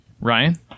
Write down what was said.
Ryan